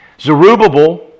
Zerubbabel